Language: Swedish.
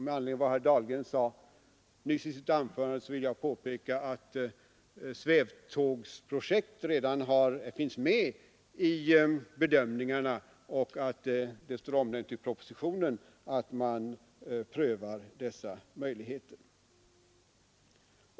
Med anledning av vad herr Dahlgren nyss sade i sitt anförande vill jag påpeka att svävtågsprojektet redan finns med i bedömningarna och att det står omnämnt i propositionen att man skall pröva dessa möjligheter.